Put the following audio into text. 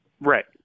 Right